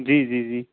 जी जी जी